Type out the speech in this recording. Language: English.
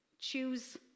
choose